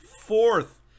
fourth